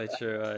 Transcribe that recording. true